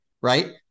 right